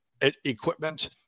equipment